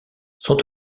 sont